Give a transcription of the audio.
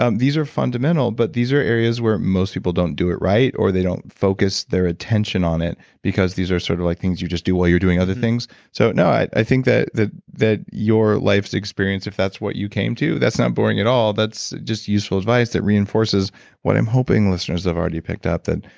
um these are fundamental, but these are areas where most people don't do it right, or they don't focus their attention on it, because these are sort of like things you just do while you're doing other things. so, no, i think that that your life's experience, if that's what you came to, that's not boring at all. that's just useful advice that reinforces what i'm hoping listeners have already picked up. that,